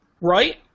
right